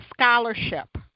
scholarship